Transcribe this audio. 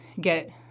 get